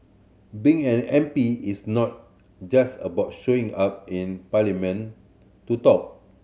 being an M P is not just about showing up in parliament to talk